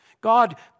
God